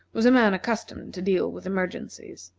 was a man accustomed to deal with emergencies.